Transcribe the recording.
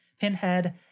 pinhead